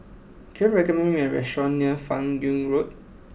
can you recommend me a restaurant near Fan Yoong Road